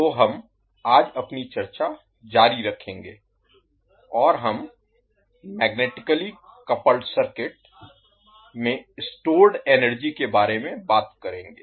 तो हम आज अपनी चर्चा जारी रखेंगे और हम मैग्नेटिकली कपल्ड सर्किट में स्टोर्ड एनर्जी के बारे में बात करेंगे